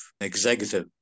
executive